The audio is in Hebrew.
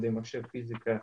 לימודי מחשב ופיזיקה.